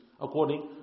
according